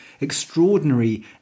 extraordinary